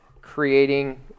creating